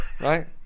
Right